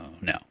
no